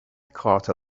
cart